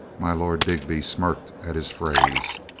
my lord digby smirked at his phrase.